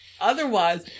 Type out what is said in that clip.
Otherwise